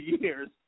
years